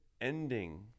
ending